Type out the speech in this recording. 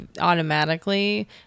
automatically